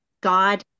God